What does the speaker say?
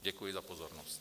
Děkuji za pozornost.